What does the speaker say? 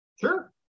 Sure